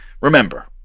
remember